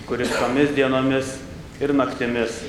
kuris šiomis dienomis ir naktimis